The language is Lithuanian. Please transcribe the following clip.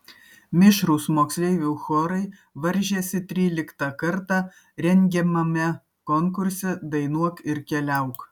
mišrūs moksleivių chorai varžėsi tryliktą kartą rengiamame konkurse dainuok ir keliauk